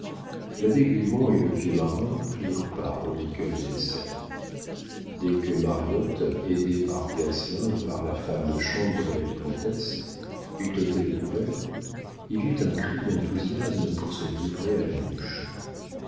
l'abbé grimont et le vieux marin prirent part aux liqueurs du dessert dès que mariotte aidée par gasselin et par la femme de chambre de la vicomtesse eut ôté le couvert il y eut un cri d'enthousiasme pour se livrer à la mouche